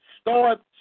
Start